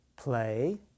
Play